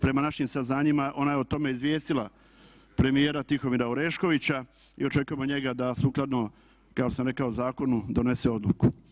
Prema našim saznanjima ona je o tome izvijestila premijera Tihomira Oreškovića i očekujemo njega da sukladno kao što sam rekao zakonu donese odluku.